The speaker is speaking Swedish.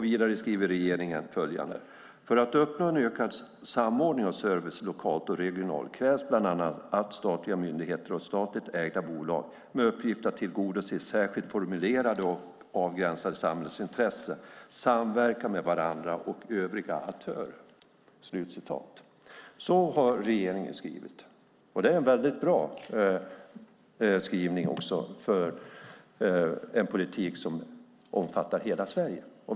Vidare skriver regeringen: "För att uppnå en ökad samordning av service lokalt och regionalt krävs bl.a. att statliga myndigheter och statligt ägda bolag med uppgift att tillgodose särskilt formulerade och avgränsade samhällsintressen samverkar med varandra och med övriga aktörer." Så har regeringen skrivit. Det är en väldigt bra skrivning för en politik som omfattar hela Sverige.